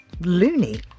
loony